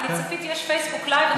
אני צפיתי, יש פייסבוק לייב.